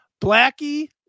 Blackie